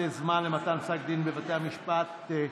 למתן פסק דין בבית המשפט העליון),